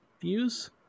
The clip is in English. views